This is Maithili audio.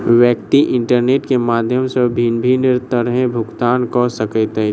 व्यक्ति इंटरनेट के माध्यम सॅ भिन्न भिन्न तरहेँ भुगतान कअ सकैत अछि